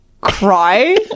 cry